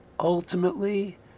Ultimately